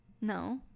No